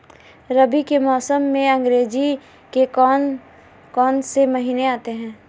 रबी के मौसम में अंग्रेज़ी के कौन कौनसे महीने आते हैं?